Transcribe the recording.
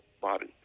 body